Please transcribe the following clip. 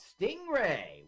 stingray